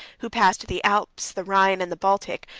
who passed the alps, the rhine, and the baltic,